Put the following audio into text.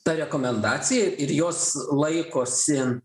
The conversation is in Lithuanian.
ta rekomendacija ir jos laikosi